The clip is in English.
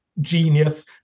genius